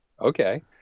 okay